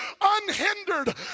unhindered